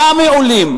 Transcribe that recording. מה מעולים,